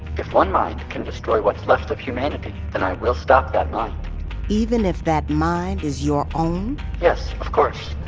if one mind can destroy what's left of humanity, then i will stop that mind even if that mind is your own? yes, of course